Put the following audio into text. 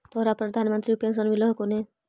तोहरा प्रधानमंत्री पेन्शन मिल हको ने?